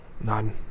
none